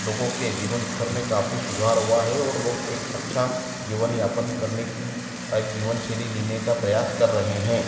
लोगों के जीवन स्थर में काफ़ी सुधार हुआ है और लोग एक अच्छा जीवन यापन करने की एक जीवनशैली जीने का प्रयास कर रहे हें